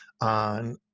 on